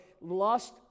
lust